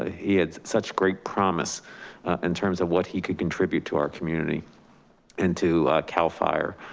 ah he had such great promise in terms of what he could contribute to our community and to cal fire.